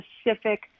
specific